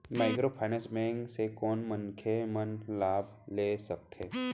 Microfinance bank से कोन मनखे मन लाभ ले सकथे?